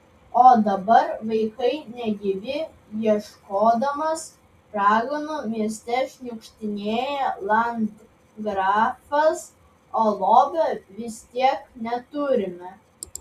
o dabar vaikai negyvi ieškodamas raganų mieste šniukštinėja landgrafas o lobio vis tiek neturime